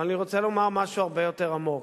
אבל אני רוצה לומר משהו הרבה יותר עמוק.